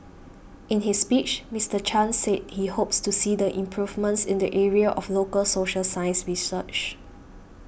in his speech Mister Chan said he hopes to see the improvements in the area of local social science research